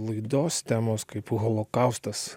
laidos temos kaip holokaustas